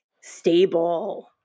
Stable